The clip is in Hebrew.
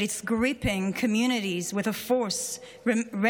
but is gripping communities with a force reminiscent